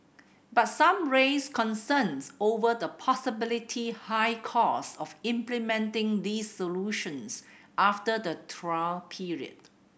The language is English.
but some raised concerns over the possibility high costs of implementing these solutions after the trial period